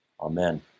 Amen